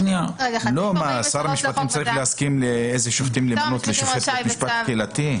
שר המשפטים צריך להסכים מי ימונה לשופט בית משפט קהילתי?